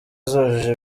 zujuje